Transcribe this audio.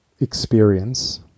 experience